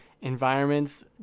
environments